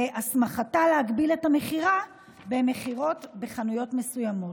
והסמכתה להגביל את המכירה למכירות בחנויות מסוימות.